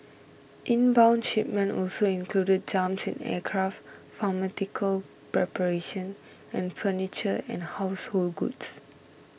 inbound shipments also included jumps in aircraft pharmaceutical preparation and furniture and household goods